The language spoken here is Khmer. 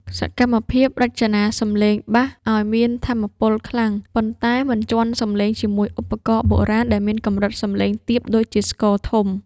សកម្មភាពរចនាសំឡេងបាស ឱ្យមានថាមពលខ្លាំង ប៉ុន្តែមិនជាន់សំឡេងជាមួយឧបករណ៍បុរាណដែលមានកម្រិតសំឡេងទាបដូចជាស្គរធំ។